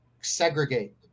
segregate